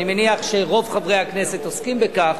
ואני מניח שרוב חברי הכנסת עוסקים בכך